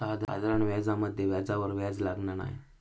साधारण व्याजामध्ये व्याजावर व्याज लागना नाय